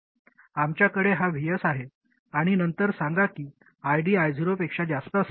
आमच्याकडे हा Vs आहे आणि नंतर सांगा की ID I0 पेक्षा जास्त असेल